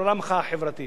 תרשה לי רק להעיר,